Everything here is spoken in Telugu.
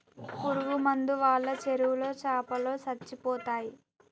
పురుగు మందు వాళ్ళ చెరువులో చాపలో సచ్చిపోతయ్